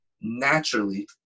Naturally